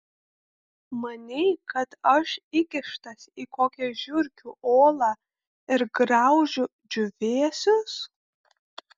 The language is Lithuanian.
manei kad aš įkištas į kokią žiurkių olą ir graužiu džiūvėsius